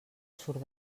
surt